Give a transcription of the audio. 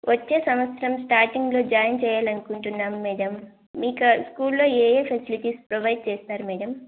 వచ్చే సంవత్సరం స్టార్టింగ్లో జాయిన్ చేయాలనుకుంటున్నాం మేడం మీక స్కూల్లో ఏ ఏ ఫెసిలిటీస్ ప్రొవైడ్ చేస్తారు మేడం